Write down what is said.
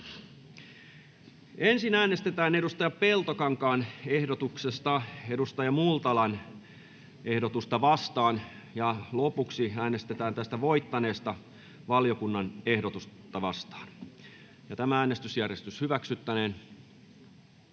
Ensin äänestetään Mauri Peltokankaan ehdotuksesta Sari Multalan ehdotusta vastaan ja lopuksi äänestetään voittaneesta valiokunnan ehdotusta vastaan. Osittain ainoaan, osittain